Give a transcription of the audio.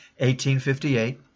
1858